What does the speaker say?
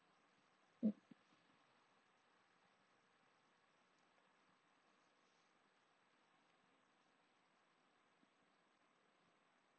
mm